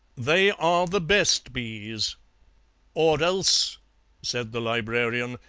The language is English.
they are the best bees or else said the librarian,